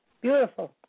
Beautiful